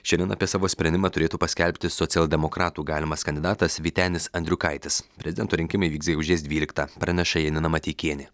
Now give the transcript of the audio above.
šiandien apie savo sprendimą turėtų paskelbti socialdemokratų galimas kandidatas vytenis andriukaitis prezidento rinkimai vyks gegužės dvyliktą praneša janina mateikienė